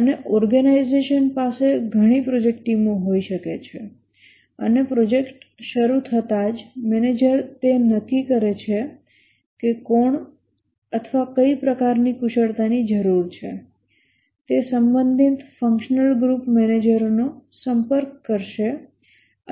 અને ઓર્ગેનાઈઝેશન પાસે ઘણી પ્રોજેક્ટ ટીમો હોઈ શકે છે અને પ્રોજેક્ટ શરૂ થતાં જ મેનેજર તે નક્કી કરે છે કે કોણ અથવા કઇ પ્રકારની કુશળતાની જરૂર છે તે સંબંધિત ફંક્શનલ ગ્રુપ મેનેજરોનો સંપર્ક કરશે